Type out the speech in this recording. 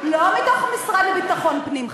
לא מתוך תקציב המשרד לביטחון פנים,